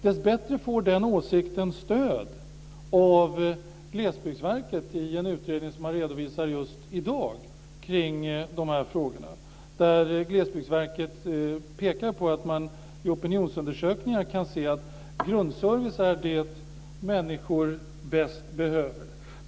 Dessbättre får den åsikten stöd av Glesbygdsverket i en utredning som man redovisar just i dag kring dessa frågor. Glesbygdsverket pekar på att man i opinionsundersökningar kan se att grundservice är det som människor mest behöver.